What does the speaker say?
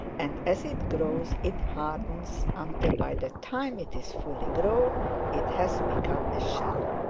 and as it grows it hardens until by the time it is fully grown it has become a shell.